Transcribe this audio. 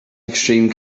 extreme